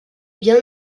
bien